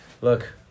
look